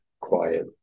quiet